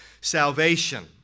salvation